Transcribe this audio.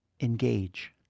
engage